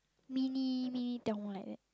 mini mini town like that